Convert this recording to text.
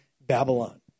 Babylon